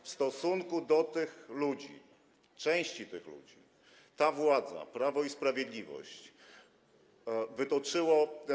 W stosunku do tych ludzi, części tych ludzi, ta władza, Prawo i Sprawiedliwość, wytoczyła.